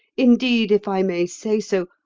indeed, if i may say so,